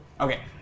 Okay